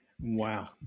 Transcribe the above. Wow